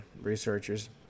researchers